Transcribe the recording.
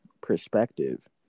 perspective